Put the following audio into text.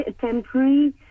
temporary